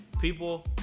People